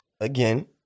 Again